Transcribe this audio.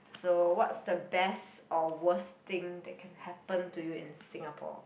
so what's the best or worst thing that can happen to you in Singapore